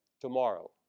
tomorrow